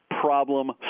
problem